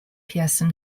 pearson